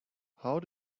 how